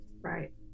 Right